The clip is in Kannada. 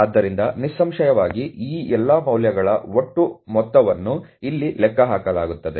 ಆದ್ದರಿಂದ ನಿಸ್ಸಂಶಯವಾಗಿ ಈ ಎಲ್ಲಾ ಮೌಲ್ಯಗಳ ಒಟ್ಟು ಮೊತ್ತವನ್ನು ಇಲ್ಲಿ ಲೆಕ್ಕಹಾಕಲಾಗುತ್ತದೆ